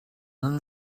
than